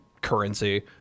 currency